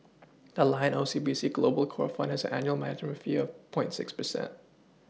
the Lion O C B C global core fund has an annual management fee of point six percent